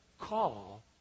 call